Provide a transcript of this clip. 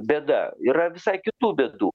bėda yra visai kitų bėdų